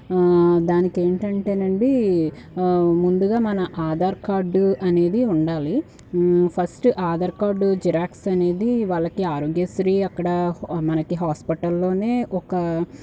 దానికేంటంటేనండీ ముందుగా మన ఆధార్ కార్డ్ అనేది ఉండాలి ఫస్ట్ ఆధార్ కార్డు జిరాక్స్ అనేది వాళ్ళకి ఆరోగ్యశ్రీ అక్కడ మనకి హాస్పిటల్లోనే ఒక